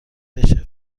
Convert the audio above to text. بشه